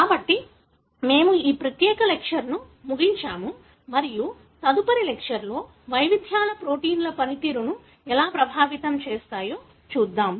కాబట్టి మనము ఈ ప్రత్యేక లెక్చర్ ను ముగించాము మరియు తదుపరి లెక్చర్ లో వైవిధ్యాలు ప్రోటీన్ల పనితీరును ఎలా ప్రభావితం చేస్తాయో చూద్దాం